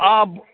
अँ